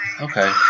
Okay